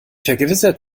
vergewissert